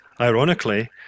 Ironically